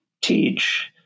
teach